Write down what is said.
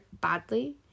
badly